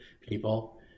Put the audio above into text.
people